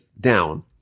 down